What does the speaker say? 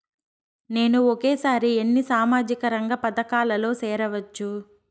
నేను ఒకేసారి ఎన్ని సామాజిక రంగ పథకాలలో సేరవచ్చు?